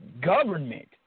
Government